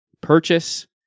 purchase